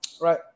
right